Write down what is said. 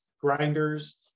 grinders